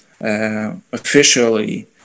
officially